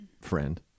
friend